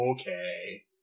okay